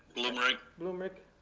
blumreich. blumereich,